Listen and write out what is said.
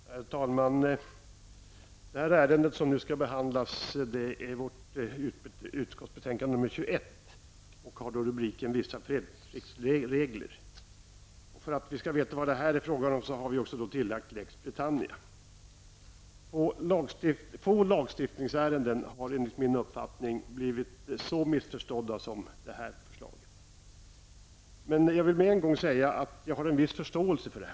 Herr talman! Det ärende som behandlas gäller utskottets betänkande 21 och har rubriken Vissa fredspliktsregler. För att vi skall veta vad det handlar om har även rubriken Lex Britannia lagts till. Få lagstiftningsärenden har enligt min mening blivit så missförstådda som detta förslag. Men jag vill med en gång säga att jag har en viss förståelse för det.